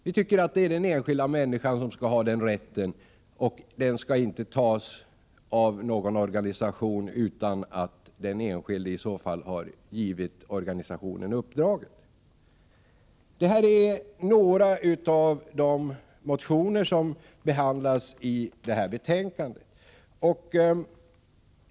Vi tycker att det är den enskilda människan som skall ha den rätten — den skall inte tas av någon organisation utan att den enskilde i så fall gett organisationen uppdraget. Detta är några av de motioner som behandlas i detta betänkande.